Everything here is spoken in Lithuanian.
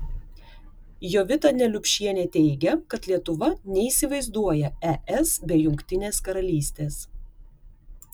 jovita neliupšienė teigia kad lietuva neįsivaizduoja es be jungtinės karalystės